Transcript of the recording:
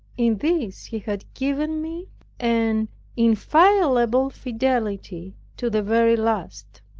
in this he had given me an inviolable fidelity to the very last.